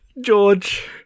George